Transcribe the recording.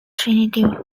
trinity